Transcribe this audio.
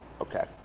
Okay